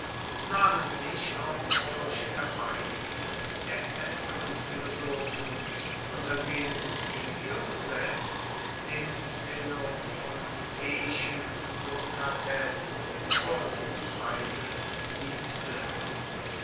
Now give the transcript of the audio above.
namentlich auch durch herbeiziehung der älteren philosophen unter denen scipio selbst den xenophonteischen sokrates vorzugsweise liebte